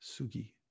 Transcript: sugi